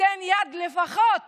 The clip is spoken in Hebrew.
תיתן יד לפחות בטיסה,